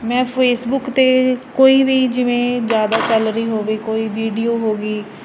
ਮੈਂ ਫੇਸਬੁਕ 'ਤੇ ਕੋਈ ਵੀ ਜਿਵੇਂ ਜ਼ਿਆਦਾ ਚੱਲ ਰਹੀ ਹੋਵੇ ਕੋਈ ਵੀਡੀਓ ਹੋ ਗਈ